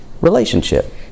relationship